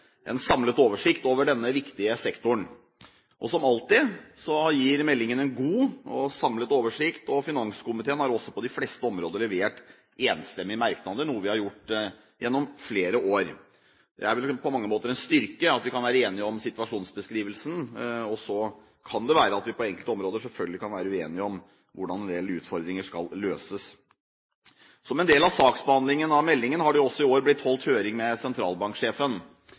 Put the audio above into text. en samlet oversikt over denne viktige sektoren. Som alltid gir meldingen en god og samlet oversikt, og finanskomiteen har også på de fleste områder levert enstemmige merknader, noe vi har gjort gjennom flere år. Det er vel på mange måter en styrke at vi kan være enige om situasjonsbeskrivelsen, og så kan det være at vi på enkelte områder selvfølgelig kan være uenige om hvordan en del utfordringer skal løses. Som en del av saksbehandlingen av meldingen, har det også i år blitt holdt høring med sentralbanksjefen.